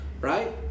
Right